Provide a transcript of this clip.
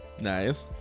nice